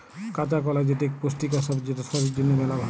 কাঁচা কলা যেটি ইক পুষ্টিকর সবজি যেটা শরীর জনহে মেলা ভাল